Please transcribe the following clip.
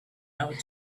out